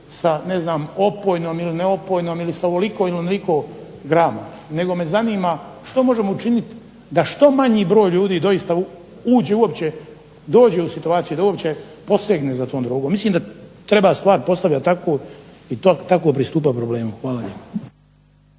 sa ne znam opojnom ili neopojnom ili sa ovoliko ili onoliko grama nego me zanima što možemo učiniti da što manji broj ljudi doista uđe uopće i dođe u situaciju da uopće posegne za tom drogom. Mislim da treba stvar postavljat tako i tako pristupati problemu. Hvala